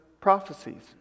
prophecies